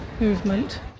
movement